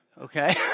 Okay